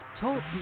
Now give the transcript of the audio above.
Talk